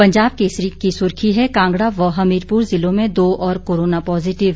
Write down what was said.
पंजाब केसरी की सुर्खी है कांगड़ा व हमीरपुर ज़िलों में दो और कोरोना पॉजिटिव